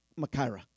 makaira